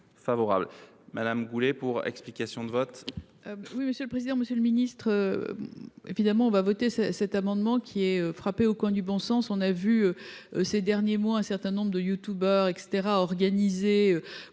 Nathalie Goulet, pour explication de vote.